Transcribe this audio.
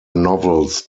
novels